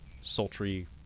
sultry